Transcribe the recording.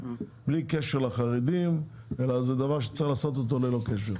בלי קשר לחרדים אלא זה דבר שצריך לעשות אותו ללא קשר.